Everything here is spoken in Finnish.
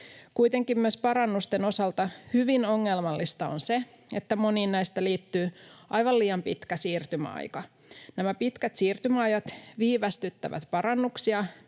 Kuitenkin myös parannusten osalta hyvin ongelmallista on se, että moniin näistä liittyy aivan liian pitkä siirtymäaika. Nämä pitkät siirtymäajat viivästyttävät parannuksia,